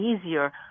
easier